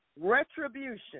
retribution